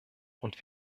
und